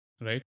right